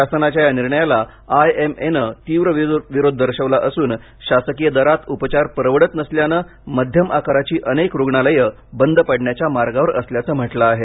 शासनाच्या या निर्णयाला आय एम ए ने तीव्र विरोध दर्शवला असून शासकीय दरात उपचार परवडत नसल्यानं मध्यम आकाराची अनेक रुग्णालये बंद पडण्याच्या मार्गावर असल्याचं म्हटलं आहे